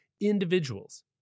individuals